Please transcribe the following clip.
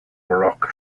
baroque